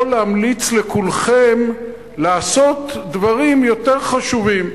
אבל אני יכול להמליץ לכולכם לעשות דברים יותר חשובים.